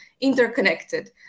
interconnected